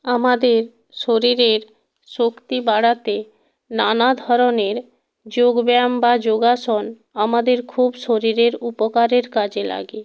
আমাদের শরীরের শক্তি বাড়াতে নানা ধরনের যোগব্যায়াম বা যোগাসন আমাদের খুব শরীরের উপকারের কাজে লাগে